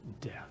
death